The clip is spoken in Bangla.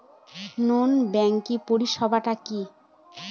নন ব্যাংকিং পরিষেবা টা কি?